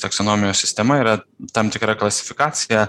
taksonomijos sistema yra tam tikra klasifikacija